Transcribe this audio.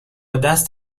دست